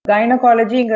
Gynecology